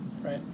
Right